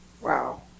Wow